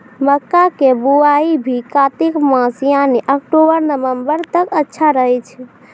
मक्का के बुआई भी कातिक मास यानी अक्टूबर नवंबर तक अच्छा रहय छै